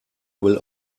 will